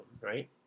right